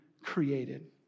created